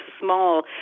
small